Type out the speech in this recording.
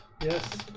Yes